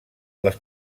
les